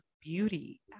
beauty